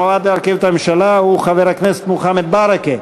המועמד הוא חבר הכנסת מוחמד ברכה.